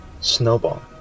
snowball